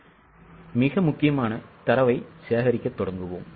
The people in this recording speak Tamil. எனவே முக்கியமான தரவைச் சேகரிக்கத் தொடங்குவோம்